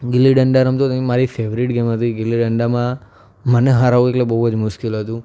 ગીલીડંડા રમતો તો એ મારી ફેવરેટ ગેમ હતી ગીલીડંડામાં મને હરાવવું એટલે બહુ જ મુશ્કિલ હતું